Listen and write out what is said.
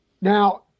Now